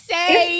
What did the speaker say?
Say